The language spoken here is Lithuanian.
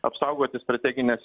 apsaugoti strategines